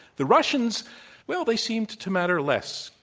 the russians well, they seemed to matter less,